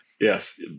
Yes